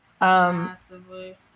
massively